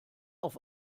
auf